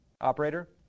Operator